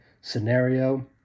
scenario